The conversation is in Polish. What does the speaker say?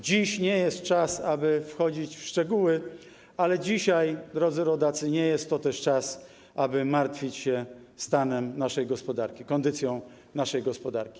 Dziś to nie jest czas, aby wchodzić w szczegóły, dzisiaj, drodzy rodacy, nie jest to też czas, aby martwić się stanem naszej gospodarki, kondycją naszej gospodarki.